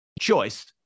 choice